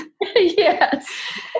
Yes